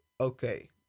okay